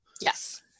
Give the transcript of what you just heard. Yes